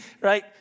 right